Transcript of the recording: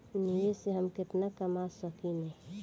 निवेश से हम केतना कमा सकेनी?